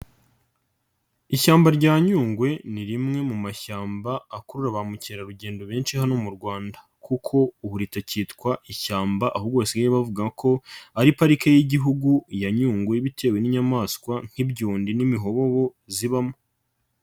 Ishyamba rya Nyungwe ni rimwe mu mashyamba akurura ba mukerarugendo benshi hano mu Rwanda kuko ubu ritakitwa ishyamba ahubwo basigaye bavuga ko, ari Parike y'Igihugu ya Nyungwe bitewe n'inyamaswa nk'ibyundi n'imihobobo zibamo.